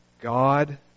God